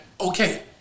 Okay